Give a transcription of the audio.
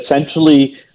essentially